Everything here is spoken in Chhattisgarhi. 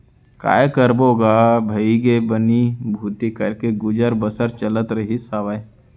काय करबो गा भइगे बनी भूथी करके गुजर बसर चलत रहिस हावय